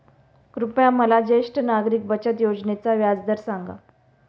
कृपया मला ज्येष्ठ नागरिक बचत योजनेचा व्याजदर सांगा